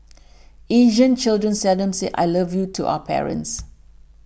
Asian children seldom say I love you to our parents